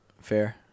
Fair